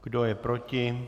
Kdo je proti?